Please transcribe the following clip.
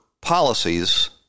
policies